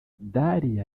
dariya